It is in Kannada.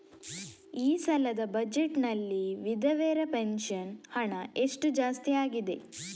ಈ ಸಲದ ಬಜೆಟ್ ನಲ್ಲಿ ವಿಧವೆರ ಪೆನ್ಷನ್ ಹಣ ಎಷ್ಟು ಜಾಸ್ತಿ ಆಗಿದೆ?